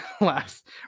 last